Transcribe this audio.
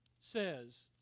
says